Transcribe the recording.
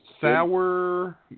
sour